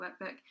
workbook